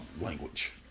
language